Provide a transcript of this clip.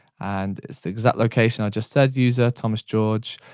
and it's the exact location i just said, user, tomas george,